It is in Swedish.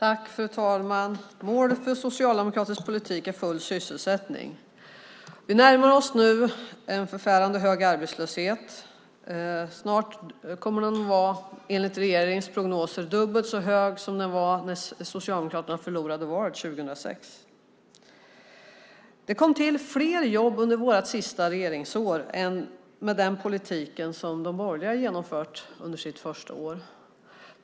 Fru talman! Målet för socialdemokratisk politik är full sysselsättning. Vi närmar oss nu en förfärande hög arbetslöshet. Enligt regeringens prognoser kommer den snart att vara dubbelt så hög som den var när Socialdemokraterna förlorade valet 2006. Det kom till fler jobb under vårt sista regeringsår än med den politik som de borgerliga genomförde under sitt första regeringsår.